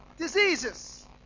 Diseases